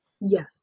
Yes